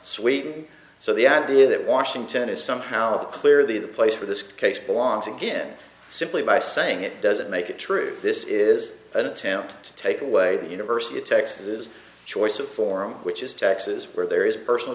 sweden so the idea that washington is somehow clearly the place where this case belongs to again simply by saying it doesn't make it true this is an attempt to take away the university of texas choice of forum which is texas where there is personal